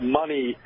money